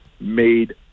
made